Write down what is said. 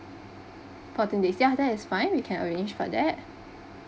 fourteen days ya that is fine we can arrange for that